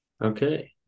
Okay